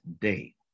day